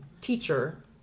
teacher